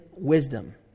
wisdom